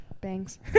Bangs